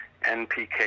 NPK